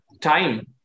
time